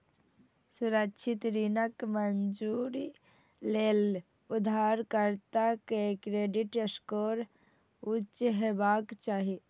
असुरक्षित ऋणक मंजूरी लेल उधारकर्ता के क्रेडिट स्कोर उच्च हेबाक चाही